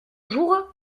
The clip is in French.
jours